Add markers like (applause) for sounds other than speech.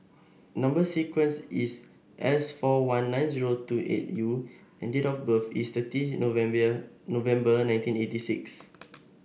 number sequence is S four one nine zero six two eight U and date of birth is thirty (unintelligible) November nineteen eighty six